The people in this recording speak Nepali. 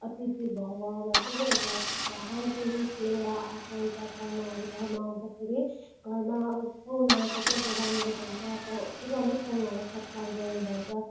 अतिथि भव भन्छ नि एउटा भगवान्को रूप लिएर आएको हुन्छ पाहुनाहरू घरमा आउँदाखेरि घरमा पाहुना आएको चाहिँ अब राम्रो भन्छ प त्यही कारण त पाहुनालाई सत्कार गर्नु भन्छ